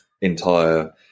entire